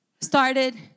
started